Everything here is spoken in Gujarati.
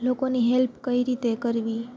લોકોની હેલ્પ કઈ રીતે કરવી